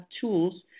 tools